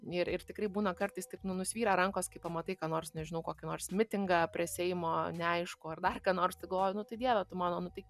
ir ir tikrai būna kartais taip nu nusvyra rankos kai pamatai ką nors nežinau kokį nors mitingą prie seimo neaiškų ar dar ką nors tai galvoju nu tai dieve tu mano nu tai